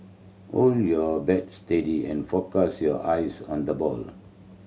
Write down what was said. hold your bat steady and focus your eyes on the ball